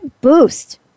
boost